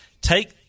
take